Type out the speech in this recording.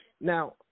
now